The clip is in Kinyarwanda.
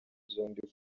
byombi